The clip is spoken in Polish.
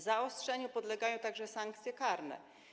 Zaostrzeniu podlegają także sankcje karne.